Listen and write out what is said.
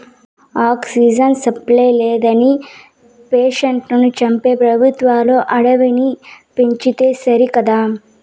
oxygen supply లేదని పేషెంట్లను చంపే పెబుత్వాలు అడవిని పెంచితే సరికదా